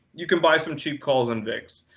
you can buy some cheap calls in vix.